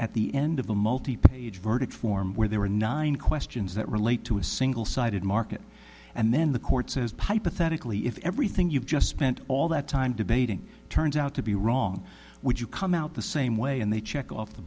at the end of the multi page verdict form where there were nine questions that relate to a single sided market and then the court says pipe pathetically if everything you've just spent all that time debating turns out to be wrong would you come out the same way and they check off the